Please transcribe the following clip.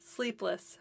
Sleepless